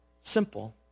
simple